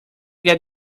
get